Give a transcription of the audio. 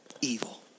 evil